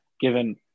Given